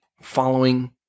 following